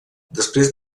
després